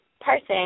person